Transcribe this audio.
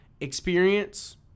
experience